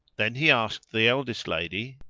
then he asked the eldest lady,